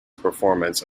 performance